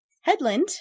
Headland